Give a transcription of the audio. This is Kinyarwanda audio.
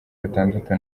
batandatu